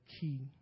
key